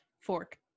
Fork